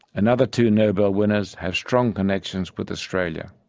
another two nobel winners have strong connections with australia.